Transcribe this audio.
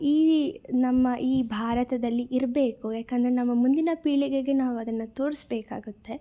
ಈ ನಮ್ಮಈ ಭಾರತದಲ್ಲಿ ಇರಬೇಕು ಯಾಕಂದರೆ ನಮ್ಮ ಮುಂದಿನ ಪೀಳಿಗೆಗೆ ನಾವು ಅದನ್ನು ತೋರಿಸ್ಬೇಕಾಗುತ್ತೆ